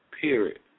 Period